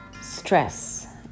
Stress